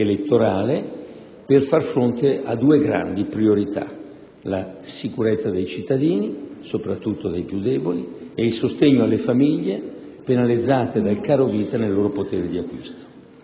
elettorale, per far fronte a due grandi priorità: la sicurezza dei cittadini, soprattutto dei più deboli, e il sostegno alle famiglie penalizzate dal carovita nel loro potere d'acquisto.